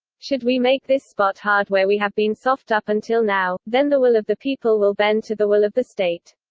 should we make this spot hard where we have been soft up until now, then the will of the people will bend to the will of the state.